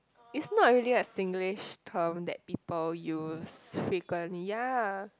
it's not really a Singlish term that people use frequently ya